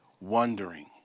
wondering